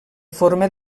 forma